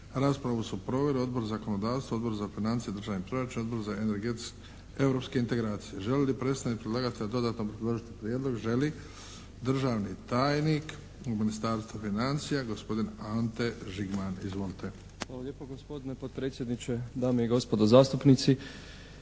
Raspravu su proveli Odbor za zakonodavstvo, Odbor za financije i državni proračun, Odbor za europske integracije. Želi li predstavnik predlagatelja dodatno obrazložiti prijedlog? Želi. Državni tajnik u Ministarstvu financija, gospodin Ante Žigman. Izvolite. **Žigman, Ante** Hvala lijepo gospodine potpredsjedniče. Dame i gospodo zastupnici